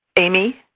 Amy